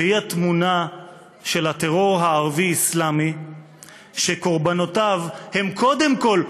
וזוהי התמונה של הטרור הערבי-אסלאמי שקורבנותיו הם קודם כול,